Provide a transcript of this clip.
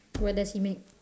what does he make